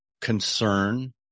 concern